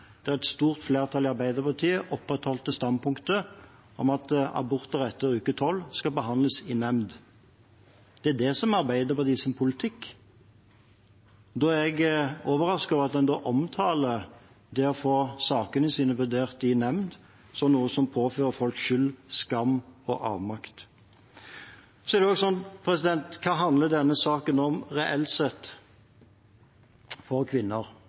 landsmøte, der et stort flertall opprettholdt standpunktet om at aborter etter uke 12 skal behandles i nemnd. Det er det som er Arbeiderpartiets politikk. Da er jeg overrasket over at en omtaler det å få sakene sine vurdert i nemnd som noe som påfører folk skyld, skam og avmakt. Hva handler denne saken om, reelt sett, for kvinner?